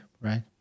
right